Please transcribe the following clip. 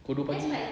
pukul dua pagi